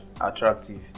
attractive